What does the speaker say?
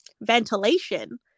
ventilation